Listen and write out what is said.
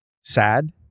sad